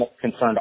concerned